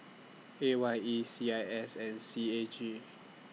A Y E C I S and C A G